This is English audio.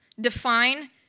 define